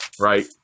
Right